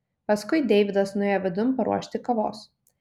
paskui deividas nuėjo vidun paruošti kavos